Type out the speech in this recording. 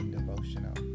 devotional